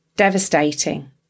devastating